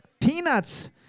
Peanuts